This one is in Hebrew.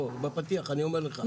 בוא, בפתיח אני אומר לך.